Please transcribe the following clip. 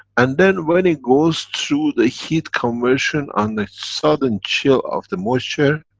and then, when it goes through the heat conversion on the sudden chill of the moisture,